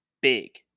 big